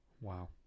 Wow